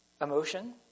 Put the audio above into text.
emotion